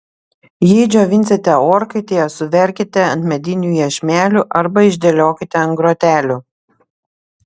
jei džiovinsite orkaitėje suverkite ant medinių iešmelių arba išdėliokite ant grotelių